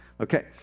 Okay